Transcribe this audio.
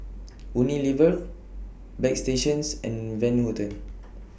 Unilever Bagstationz and Van Houten